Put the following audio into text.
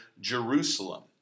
Jerusalem